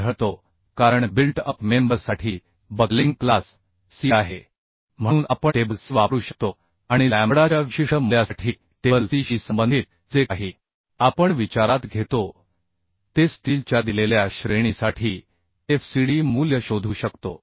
आढळतो कारण built up मेंबरसाठी बकलिंग क्लास सी आहे म्हणून आपण टेबल सी वापरू शकतो आणि लॅम्बडाच्या विशिष्ट मूल्यासाठी टेबल c शी संबंधित जे काही आपण विचारात घेतो ते स्टीलच्या दिलेल्या श्रेणीसाठी fcd मूल्य शोधू शकतो